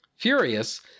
Furious